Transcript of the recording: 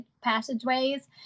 passageways